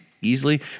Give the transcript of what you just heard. easily